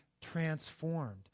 transformed